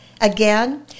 Again